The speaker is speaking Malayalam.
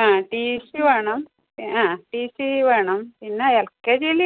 ആ ടിസി വേണം ആ ടിസി വേണം പിന്നെ എൽ കെ ജി യിൽ